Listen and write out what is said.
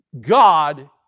God